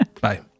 Bye